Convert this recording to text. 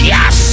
Yes